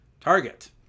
Target